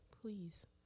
Please